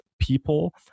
people